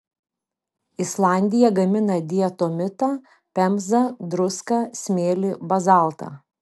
islandija gamina diatomitą pemzą druską smėlį bazaltą